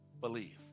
believe